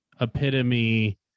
epitome